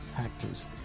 actors